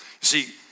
see